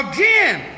Again